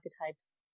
archetypes